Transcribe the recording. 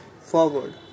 forward